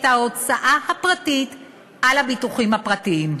ההוצאה הפרטית על הביטוחים הפרטיים.